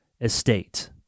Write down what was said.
estate